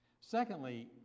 Secondly